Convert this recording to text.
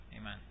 Amen